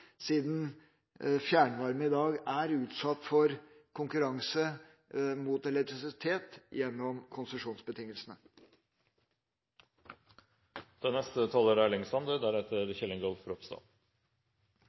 siden fjernvarme i dag er utsatt for konkurranse fra elektrisitet gjennom konsesjonsbetingelsene. Eit sentralt formål med utanlandskonsesjonsordninga er